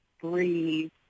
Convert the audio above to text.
breathe